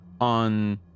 On